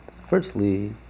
Firstly